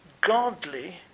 Godly